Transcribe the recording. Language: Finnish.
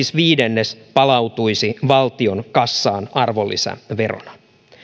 siis viidennes palautuisi valtion kassaan arvonlisäverona